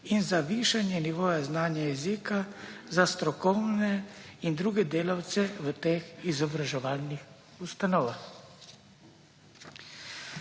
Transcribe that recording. in za višanje nivoja znanja jezika za strokovne in druge delavce v teh izobraževalnih ustanovah.